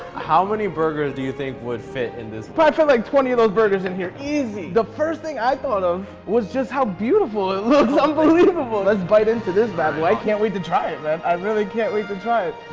how many burgers do you think would fit in this one? probably fit like twenty of those burgers in here, easy. the first thing i thought of was just how beautiful it looks, unbelievable. let's bite into this bad boy. i can't wait to try it. i really can't wait to try it.